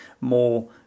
more